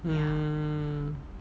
ya